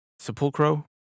sepulchro